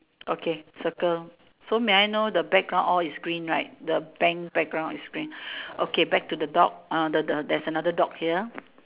okay circle so may I know the background all is green right the bank background is green okay back to the dog the the there's another dog here